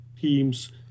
teams